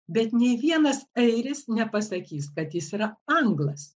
bet nė vienas airis nepasakys kad jis yra anglas